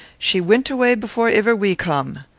she wint away before iver we come.